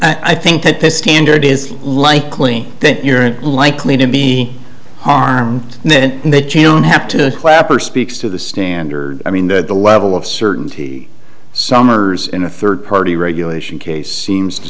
again i think that this standard is likely that you're likely to be harmed and then they don't have to clap or speaks to the standard i mean that the level of certainty summers in a third party regulation case seems to